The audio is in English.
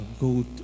go